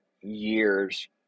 years